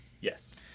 Yes